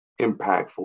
impactful